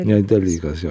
ne dalykas jo